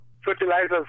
fertilizers